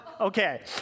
Okay